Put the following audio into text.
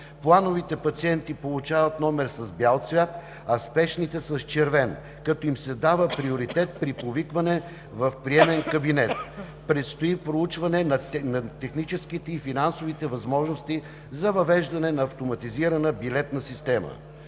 Плановите пациенти получават номер с бял цвят, а спешните – с червен, като им се дава приоритет при повикване в приемен кабинет. Предстои проучване на техническите и финансовите възможности за въвеждане на автоматизирана билетна система.